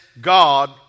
God